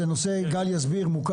זה נושא מוכר וגל יסביר.